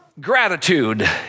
gratitude